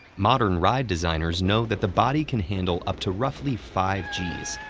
modern ride designers know that the body can handle up to roughly five gs,